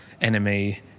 Enemy